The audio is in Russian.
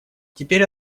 теперь